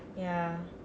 ya